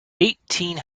eighteen